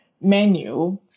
menu